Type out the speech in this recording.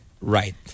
right